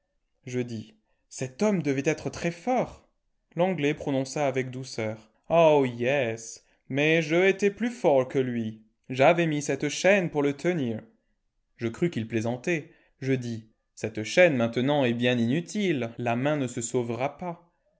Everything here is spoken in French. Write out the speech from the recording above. je dis cet homme devait être très fort l'anglais prononça avec douceur aoh yes mais je été plus fort que lui j'avé mis cette chaîne pour le tenir je crus qu'il plaisantait je dis cette chaîne maintenant est bien inutile la main ne se sauvera pas